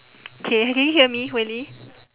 K can you hear me hui li